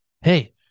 hey